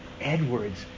Edwards